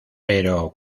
pero